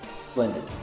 Splendid